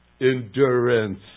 endurance